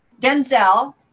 Denzel